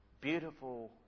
Beautiful